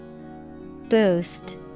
Boost